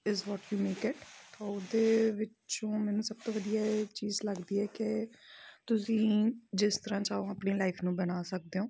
is what you make it ਤਾਂ ਉਹਦੇ ਵਿੱਚੋਂ ਮੈਨੂੰ ਸਭ ਤੋਂ ਵਧੀਆ ਇਹ ਚੀਜ਼ ਲੱਗਦੀ ਹੈ ਕਿ ਤੁਸੀਂ ਜਿਸ ਤਰ੍ਹਾਂ ਚਾਹੋ ਆਪਣੀ ਲਾਈਫ ਨੂੰ ਬਣਾ ਸਕਦੇ ਹੋ